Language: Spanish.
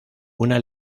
una